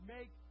Make